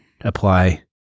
apply